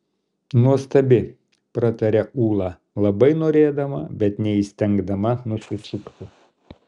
nuostabi prataria ūla labai norėdama bet neįstengdama nusisukti